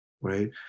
right